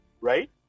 right